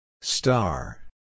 Star